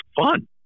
fun